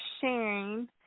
sharing